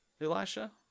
Elisha